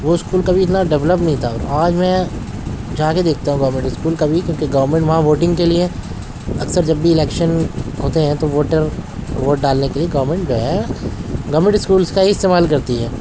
وہ اسکول کبھی اتنا ڈولپ نہیں تھا آج میں جا کے دیکھتا ہوں گورنمنٹ اسکول کبھی کیوں کہ گورمنٹ وہاں ووٹنگ کے لئے اکثر جب بھی الیکشن ہوتے ہیں تو ووٹر ووٹ ڈالٹے کے لئے گورمنٹ گیا ہے گورمنٹ اسکولس کا ہی استعمال کرتی ہے